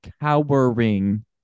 cowering